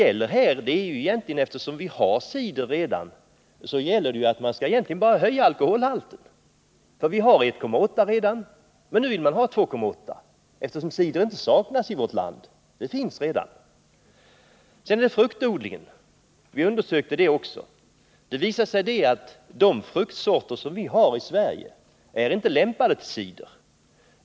Eftersom vi redan har cider i vårt land är det här egentligen bara fråga om att höja alkoholhalten. Vi har 1,8 20 alkoholhalt — nu vill man ha 2,8 96. Vi undersökte också argumentet om fruktodlingen. Det visade sig att de fruktsorter vi har i Sverige inte är lämpade till cider.